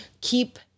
keep